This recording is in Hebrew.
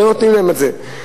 לא נותנים להם את זה.